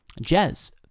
jazz